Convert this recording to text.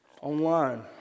online